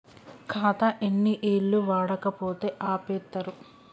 ఖాతా ఎన్ని ఏళ్లు వాడకపోతే ఆపేత్తరు?